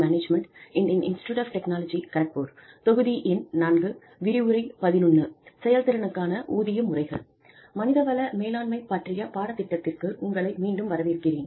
மனித வள மேலாண்மை பற்றிய பாடத்திட்டத்திற்கு உங்களை மீண்டும் வரவேற்கிறேன்